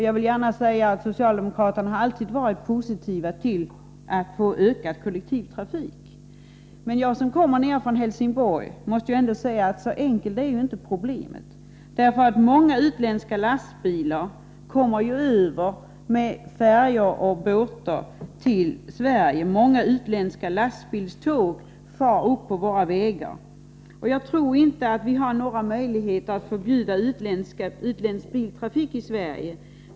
Jag vill gärna säga att socialdemokraterna alltid har varit positiva till ökad kollektivtrafik. Men för mig — jag kommer ändå från Helsingborg — är problemen inte så enkla. Många utländska lastbilar kommer över till Sverige med färjor och båtar och kör i långa tåg på våra vägar. Jag tror inte att vi har någon möjlighet att förbjuda utländsk biltrafik i Sverige.